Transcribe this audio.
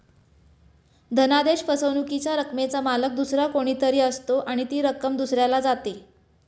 धनादेश फसवणुकीच्या रकमेचा मालक दुसरा कोणी तरी असतो आणि ती रक्कम दुसऱ्याला जाते